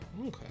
Okay